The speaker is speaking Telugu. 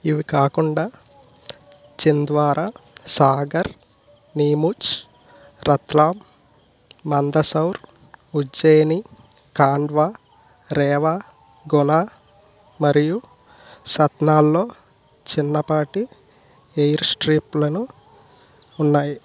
ఇవి కాకుండా ఛింద్వారా సాగర్ నీముచ్ రత్లామ్ మందసౌర్ ఉజ్జయిని ఖాండ్వా రేవా గోళ మరియు సత్నాల్లో చిన్నపాటి ఎయిర్స్ట్రిప్లు ఉన్నాయి